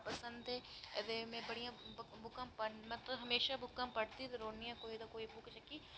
बुक्कां पढ़नां मिगी बड़ा अच्छा लगदा मिगी बुक्कां पढ़ना बड़ा पसंद ऐ में मतलव हमेशा बुक्कां पढ़दी गै रौह्न्नी आं कोई ना कोई बुक जेह्ड़ी